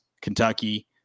Kentucky